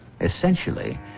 Essentially